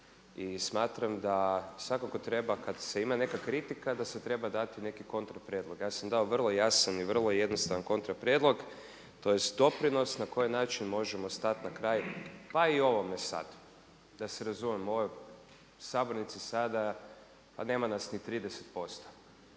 I smatram da svakako treba kada se ima neka kritika da se treba dati neki kontra prijedlog. Ja sam dao vrlo jasan i vrlo jednostavan kontra prijedlog tj. doprinos na koji način možemo stati na kraj pa i ovome sada, da se razumijemo. U ovoj sabornici sada pa nema nas ni 30%